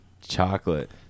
Chocolate